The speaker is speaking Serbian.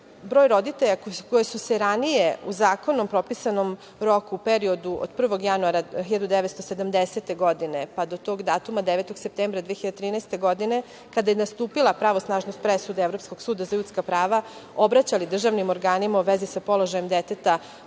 broj roditelja koja su se ranije, u zakonom propisanom roku, u periodu od 1. januara 1970. godine, pa do tog datuma 9. septembra 2013. godine, kada je nastupila pravosnažnost presude Evropskog suda za ljudska prava, obraćali državnim organima u vezi sa položajem deteta